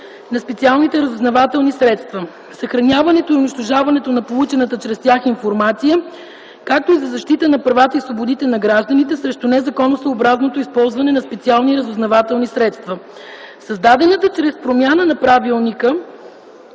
на специалните разузнавателни средства, съхраняването и унищожаването на получената чрез тях информация, както и за защита на правата и свободите на гражданите срещу незаконосъобразното използване на специални разузнавателни средства. Създадената чрез промяна на Правилника